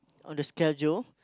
on the schedule